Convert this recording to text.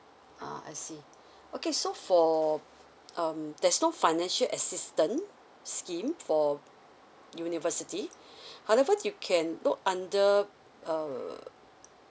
ah I see okay so for um there's no financial assistance scheme for university however you can look under uh